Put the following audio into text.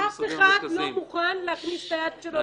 אף אחד לא מוכן להכניס את היד שלו לכיס.